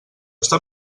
està